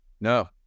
No